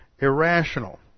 irrational